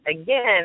again